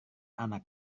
anak